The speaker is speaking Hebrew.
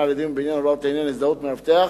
על עדים ובעניין הוראות לעניין הזדהות מאבטח